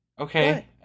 Okay